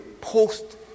post